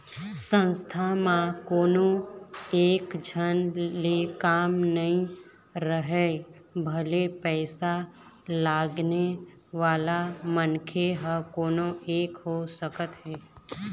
संस्था म कोनो एकझन ले काम नइ राहय भले पइसा लगाने वाला मनखे ह कोनो एक हो सकत हे